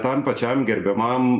tam pačiam gerbiamam